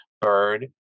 bird